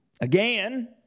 Again